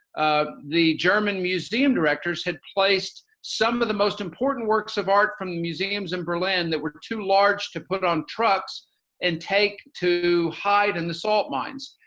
ah the german museum directors had placed some of the most important works of art from the museums in berlin that were too large to put on trucks and take to hide in the salt mines.